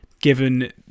Given